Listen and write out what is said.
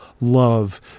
love